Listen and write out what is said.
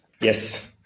Yes